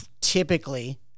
typically